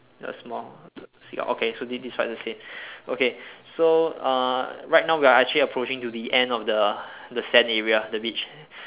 the small seagull okay so this this part is the same okay so uh right now we are actually approaching to the end of the the sand area the beach